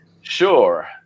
Sure